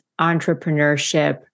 entrepreneurship